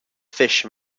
fish